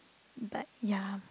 but ya